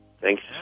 Thanks